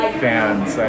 fans